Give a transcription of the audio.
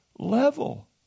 level